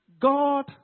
God